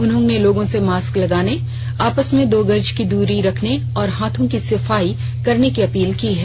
उन्होंने लोगों से मास्क लगाने आपस में दो गज की दूरी रखने और हाथों की सफाई करने की अपील की है